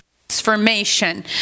transformation